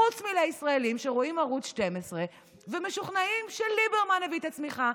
חוץ מלישראלים שרואים ערוץ 12 ומשוכנעים שליברמן הביא את הצמיחה,